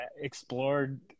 explored